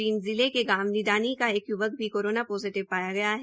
जींद जिले के गांव निडानी का एक य्वक कोरोना पोजिटिव पाया गया है